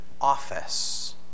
office